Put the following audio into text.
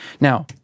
Now